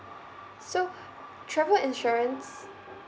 so travel insurance